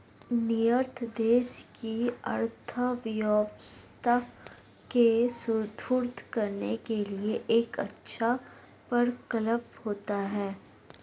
निर्यात देश की अर्थव्यवस्था को सुदृढ़ करने के लिए एक अच्छा प्रकल्प होता है